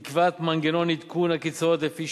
והיא קביעת מנגנון עדכון הקצבאות לפי